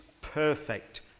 perfect